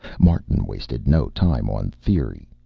martin wasted no time on theory.